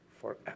forever